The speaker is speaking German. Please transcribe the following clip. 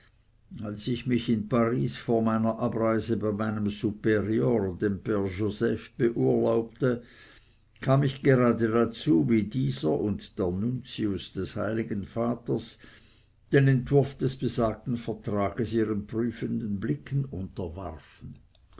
als ich mich in paris vor meiner abreise bei meinem superior dem pater joseph beurlaubte kam ich gerade dazu wie dieser und der nuntius des heiligen vaters den entwurf besagten vertrags ihren prüfenden blicken unterwarfen